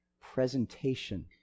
presentation